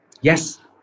Yes